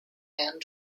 and